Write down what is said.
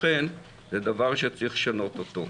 לכן זה דבר שצריך לשנות אותו.